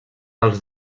els